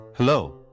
Hello